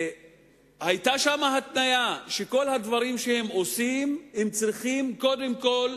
היתה שם התניה שעל כל הדברים שהם עושים הם צריכים קודם כול